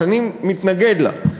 שאני מתנגד לה,